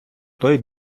той